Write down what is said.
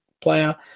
player